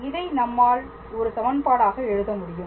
இதை நம்மால் ஒரு சமன்பாடாக எழுத முடியும்